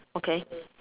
okay